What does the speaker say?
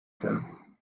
them